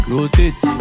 Rotate